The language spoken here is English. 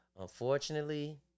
Unfortunately